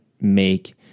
make